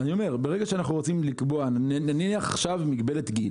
אני אומר שנניח שאנחנו רוצים לקבוע מגבלת גיל,